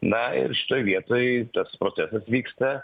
na ir šitoj vietoj tas procesas vyksta